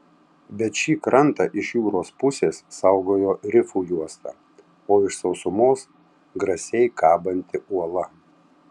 bet šį krantą iš jūros pusės saugojo rifų juosta o iš sausumos grasiai kabanti uola